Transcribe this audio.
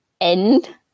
end